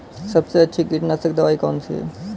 सबसे अच्छी कीटनाशक दवाई कौन सी है?